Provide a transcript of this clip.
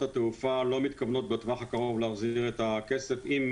התעופה לא מתכוונות להחזיר לנו את הכסף בטווח הקרוב,